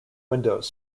windows